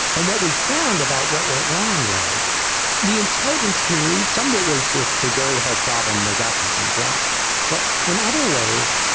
and what we found about what went wrong was the intelligence community some of it was just a very hard problem, they got some things wrong but in other ways,